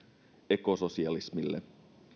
ekososialismilta